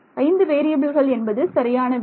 5 வேறியபில்கள் என்பது சரியான விடை